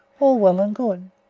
all well and good.